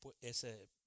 ese